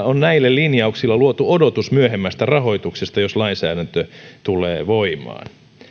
on näillä linjauksilla luotu odotus myöhemmästä rahoituksesta jos lainsäädäntö tulee voimaan